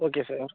okay sir